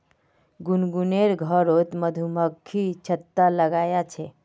गुनगुनेर घरोत मधुमक्खी छत्ता लगाया छे